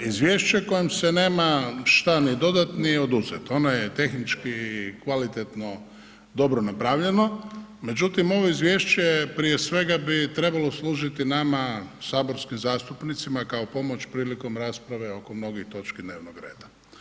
Izvješće kojem se nema šta ni dodati ni oduzeti, ono je tehnički kvalitetno dobro napravljeno međutim ovo izvješće prije svega bi trebalo služiti nama saborskim zastupnicima kao pomoć prilikom rasprave oko mnogih točki dnevnog reda.